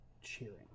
cheering